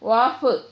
off